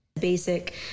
Basic